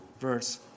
verse